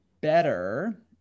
better